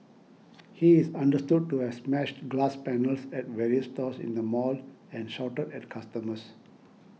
he is understood to has smashed glass panels at various stores in the mall and shouted at customers